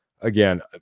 again